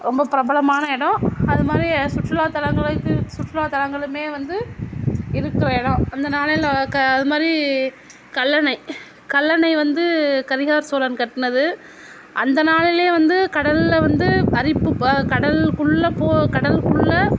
ரொம்ப பிரபலமான இடம் அது மாதிரி சுற்றுலாத்தலங்களுக்கு சுற்றுலாத்தலங்களுமே வந்து இருக்கிற இடம் அந்த நாளையில க அது மாதிரி கல்லணை கல்லணை வந்து கரிகால சோழன் கட்டினது அந்த நாளைலயே வந்து கடலில் வந்து அரிப்பு ப கடல் குள்ளே போ கடல் குள்ளே